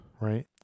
right